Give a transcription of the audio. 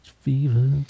fever